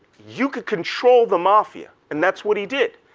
you could control the mafia and that's what he did.